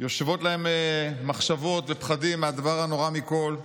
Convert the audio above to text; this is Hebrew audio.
יושבים להם מחשבות ופחדים מהדבר הנורא מכול.